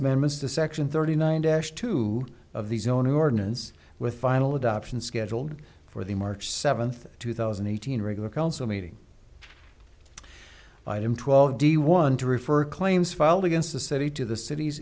amendments to section thirty nine dash two of the zoning ordinance with final adoption scheduled for the march seventh two thousand and eighteen regular council meeting by m twelve d one to refer claims filed against the city to the cit